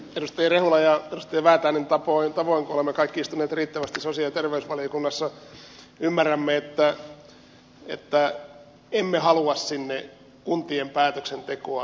edustaja rehulan ja edustaja väätäisen tavoin kun olemme kaikki istuneet riittävästi sosiaali ja terveysvaliokunnassa ymmärrän että emme halua sinne kuntien päätöksentekoa